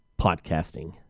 podcasting